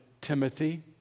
Timothy